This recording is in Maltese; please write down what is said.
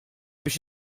biex